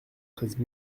treize